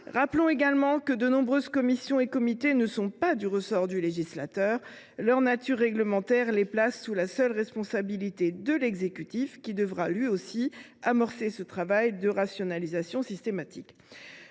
Rappelons également que plusieurs commissions et comités ne sont pas du ressort du législateur : leur nature réglementaire les place sous la seule responsabilité de l’exécutif, qui devra, lui aussi, amorcer un travail de rationalisation systématique.